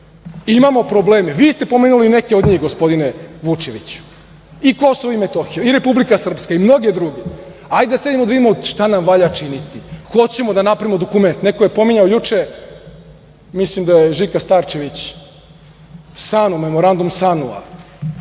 imamo probleme? Vi ste pomenuli neke od njih, gospodine Vučeviću, i Kosovo i Metohiju i Republika Srpska i mnoge druge. Hajde da sednemo, da vidimo šta nam valja činiti. Hoćemo da napravimo dokument. Neko je pominjao juče, mislim da je Žika Starčević, memorandum SANU-a,